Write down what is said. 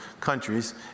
countries